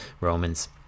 Romans